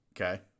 Okay